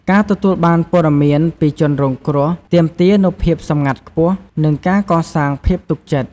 ការទទួលបានព័ត៌មានពីជនរងគ្រោះទាមទារនូវភាពសម្ងាត់ខ្ពស់ និងការកសាងភាពទុកចិត្ត។